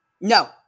No